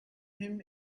him